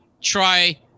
try